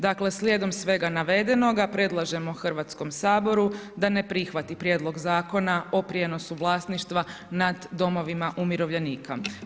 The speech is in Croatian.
Dakle slijedom svega navedenoga predlažemo Hrvatskom saboru da ne prihvati Prijedlog zakona o prijenosu vlasništva nad domovina umirovljenika.